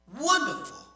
wonderful